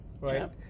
right